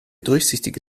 durchsichtige